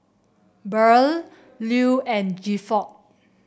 Beryl Lew and Gifford